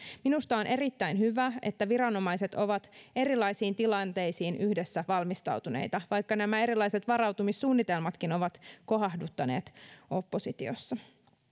minusta on erittäin hyvä että viranomaiset ovat erilaisiin tilanteisiin yhdessä valmistautuneita vaikka nämä erilaiset varautumissuunnitelmatkin ovat kohahduttaneet oppositiossa